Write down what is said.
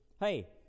hey